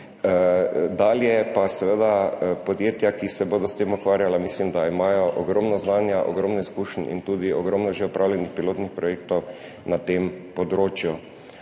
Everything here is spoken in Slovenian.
se je to naredilo. Podjetja, ki se bodo s tem ukvarjala, mislim, da imajo ogromno znanja, ogromno izkušenj in tudi ogromno že opravljenih pilotnih projektov na tem področju.